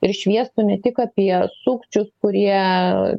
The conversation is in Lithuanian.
ir šviestų ne tik apie sukčius kurie